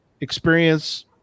experience